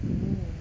mm